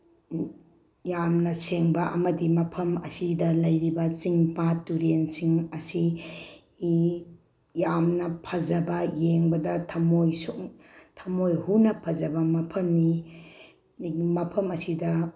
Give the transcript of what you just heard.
ꯌꯥꯝꯅ ꯁꯦꯡꯕ ꯑꯃꯗꯤ ꯃꯐꯝ ꯑꯁꯤꯗ ꯂꯩꯔꯤꯕ ꯆꯤꯡ ꯄꯥꯠ ꯇꯨꯔꯦꯜꯁꯤꯡ ꯑꯁꯤ ꯌꯥꯝꯅ ꯐꯖꯕ ꯌꯦꯡꯕꯗ ꯊꯝꯃꯣꯏ ꯁꯣꯛꯅ ꯊꯝꯃꯣꯏ ꯍꯨꯅ ꯐꯖꯕ ꯃꯐꯝꯅꯤ ꯃꯐꯝ ꯑꯁꯤꯗ